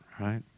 right